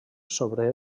sobre